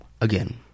Again